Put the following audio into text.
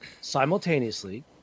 simultaneously